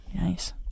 Nice